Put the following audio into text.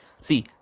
see